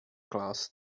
class